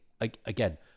again